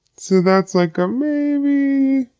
so that's like a maaaybe?